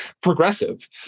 progressive